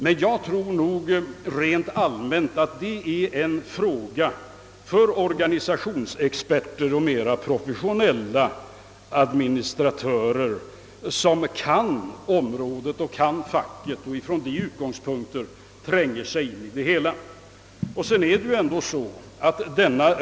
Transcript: Men jag tror rent allmänt att detta är en fråga för organisationsexperter och mera professionella administratörer, som kan facket och från sina utgångspunkter tränger in i det hela.